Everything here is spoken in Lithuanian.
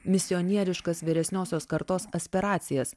misionieriškas vyresniosios kartos aspiracijas